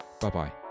bye-bye